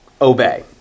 obey